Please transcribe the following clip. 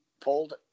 pulled